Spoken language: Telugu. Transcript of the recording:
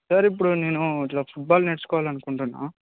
సార్ ఇప్పుడు నేను ఇట్లా ఫుట్బాల్ నేర్చుకోవాలని అనుకుంటున్నాను